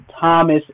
Thomas